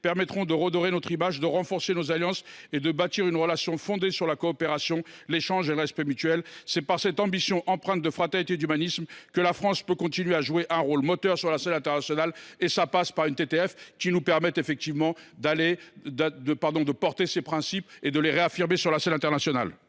permettront de redorer notre image, de renforcer nos alliances et de bâtir une relation fondée sur la coopération, l’échange et le respect mutuel. C’est par cette ambition empreinte de fraternité et d’humanisme que la France peut continuer à jouer un rôle moteur sur la scène internationale. La TTF permet de défendre ces principes et de les réaffirmer sur la scène internationale.